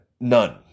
none